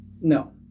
No